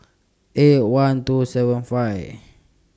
eight one two seven